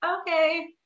okay